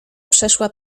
przeszła